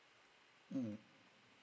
mm